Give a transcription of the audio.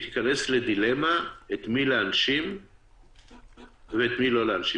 תיכנס לדילמה את מי להנשים ואת מי לא להנשים,